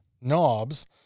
knobs